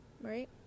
right